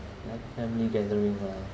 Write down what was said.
family gathering ah